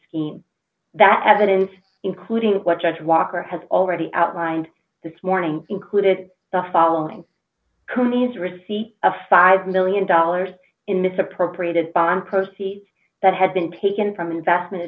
scheme that evidence including what judge walker has already outlined this morning included the following counties receipt of five million dollars in misappropriated bond percy's that had been taken from investment